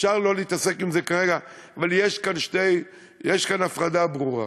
אפשר לא להתעסק בזה כרגע, אבל יש כאן הפרדה ברורה,